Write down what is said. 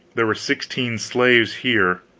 there were sixteen slaves here.